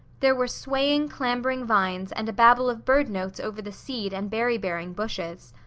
there were swaying, clambering vines and a babel of bird notes over the seed and berry bearing bushes.